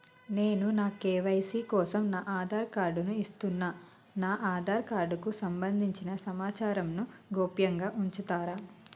నేను నా కే.వై.సీ కోసం నా ఆధార్ కార్డు ను ఇస్తున్నా నా ఆధార్ కార్డుకు సంబంధించిన సమాచారంను గోప్యంగా ఉంచుతరా?